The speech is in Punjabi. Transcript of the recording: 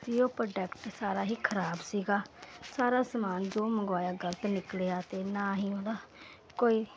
ਤੇ ਉਹ ਪ੍ਰੋਡਕਟ ਸਾਰਾ ਹੀ ਖਰਾਬ ਸੀਗਾ ਸਾਰਾ ਸਮਾਨ ਜੋ ਮੰਗਵਾਇਆ ਗਲਤ ਨਿਕਲਿਆ ਤੇ ਨਾ ਹੀ ਉਹਦਾ ਕੋਈ